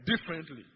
differently